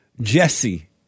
Jesse